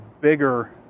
bigger